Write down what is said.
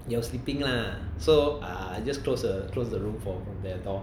he was sleeping lah so uh I just close the close the room for their door